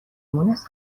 مونس